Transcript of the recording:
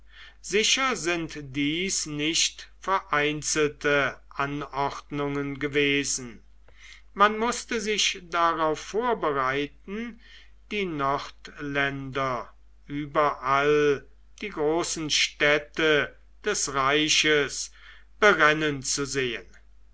sicher sind dies nicht vereinzelte anordnungen gewesen man mußte sich darauf vorbereiten die nordländer überall die großen städte des reiches berennen zu sehen